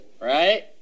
right